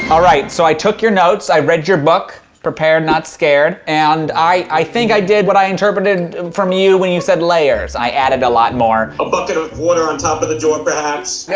all right, so i took your notes, i read your book, prepared not scared, and i think i did what i interpreted from you, when you said, layers. i added a lot more. a bucket of water on top of the door perhaps?